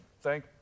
thank